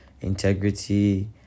integrity